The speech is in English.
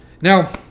Now